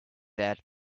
dead